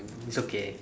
it's okay